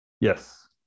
Yes